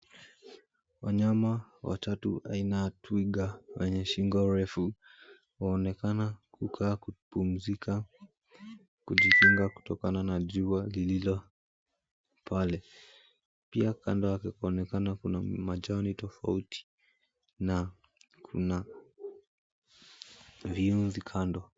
Wanyama watatu aina ya twiga wenye shingo refu waonekana kukaa kupumzika kujikinga kutokana na jua lililopale. Pia kando yake kwaonekana kuna majani tofauti na kuna viunzi kando.